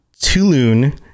Tulun